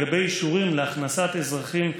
לגבי אישורים להכנסת אזרחים,